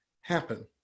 happen